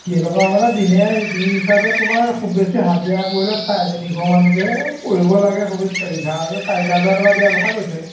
কেইটকা মানে দিনে দিন হিচাপে তোমাৰ খুব বেছি হাজিৰা পৰিলে চাৰে তিনিশমানকৈ পৰিব লাগে খুব বেছি এঘাৰ হাজাৰ চাৰে এঘাৰ হাজাৰ টকা দিয়াৰ কথা কৈছে